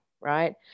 right